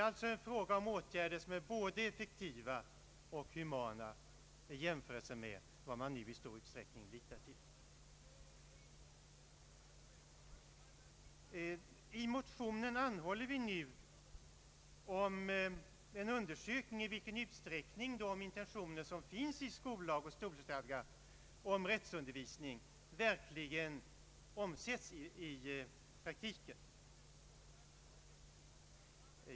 Det är fråga om åtgärder som är både effektiva och humana i jämförelse med dem man nu i stor utsträckning litar till. I motionen anhåller vi om en undersökning av i vilken utsträckning de intentioner som finns i skollag och skolstadga beträffande rättsundervisning verkligen omsätts i praktiken.